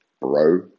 bro